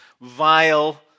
vile